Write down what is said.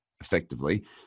effectively